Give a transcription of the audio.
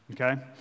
Okay